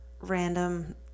random